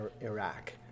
Iraq